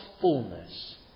fullness